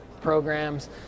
programs